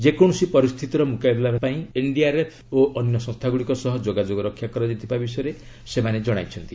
ଯେକୌଣସି ପରିସ୍ଥିତିର ମୁକାବିଲା ପାଇଁ ଏନ୍ଡିଆର୍ଏଫ୍ ଓ ଅନ୍ୟ ସଂସ୍ଥାଗୁଡ଼ିକ ସହ ଯୋଗାଯୋଗ ରକ୍ଷା କରାଯାଇଥିବା ବିଷୟରେ ସେମାନେ ଜଣାଇଛନ୍ତି